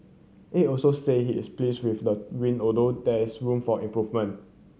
Aide also said he is pleased with the win although there is room for improvement